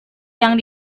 yang